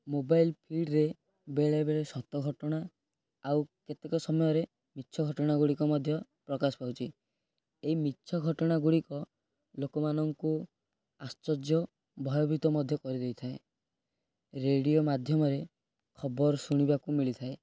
mobile ଫିଡ଼ରେ ବେଳେବେଳେ ସତ ଘଟଣା ଆଉ କେତେକ ସମୟରେ ମିଛ ଘଟଣା ଗୁଡ଼ିକ ମଧ୍ୟ ପ୍ରକାଶ ପାଉଛି ଏଇ ମିଛ ଘଟଣା ଗୁଡ଼ିକ ଲୋକମାନଙ୍କୁ ଆଶ୍ଚର୍ଯ୍ୟ ଭୟଭୀତ ମଧ୍ୟ କରିଦେଇଥାଏ ରେଡ଼ିଓ ମାଧ୍ୟମରେ ଖବର ଶୁଣିବାକୁ ମିଳିଥାଏ